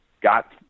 got